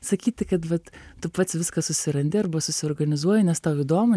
sakyti kad vat tu pats viską susirandi arba susiorganizuoji nes tau įdomu